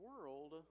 world